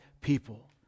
people